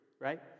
right